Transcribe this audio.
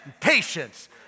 patience